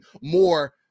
more